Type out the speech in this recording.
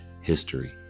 history